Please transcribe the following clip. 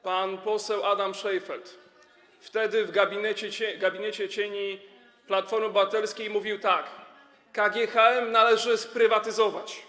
Pan poseł Adam Szejnfeld, wtedy będący w gabinecie cieni Platformy Obywatelskiej, mówił tak: KGHM należy sprywatyzować.